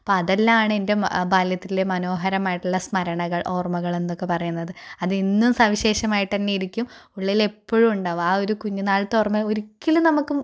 അപ്പം അതെല്ലാം ആണ് എൻ്റെ ബാല്യത്തിലെ മനോഹരമായിട്ടുള്ള സ്മരണകൾ ഓർമ്മകൾ എന്നൊക്കെ പറയുന്നത് അത് എന്നും സവിശേഷമായിട്ട് തന്നെ ഇരിക്കും ഉള്ളിൽ എപ്പോഴും ഉണ്ടാകും ആ ഒരു കുഞ്ഞു നാളിലത്തെ ഓർമ്മ ഒരിക്കലും നമുക്ക്